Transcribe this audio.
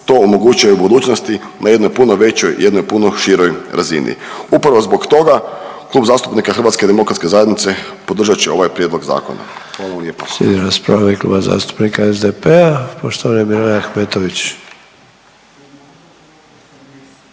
to omogućuje u budućnosti na jednoj puno većoj i jednoj puno široj razini. Upravo zbog toga Klub zastupnika HDZ-a podržat će ovaj prijedlog zakona. Hvala vam lijepa.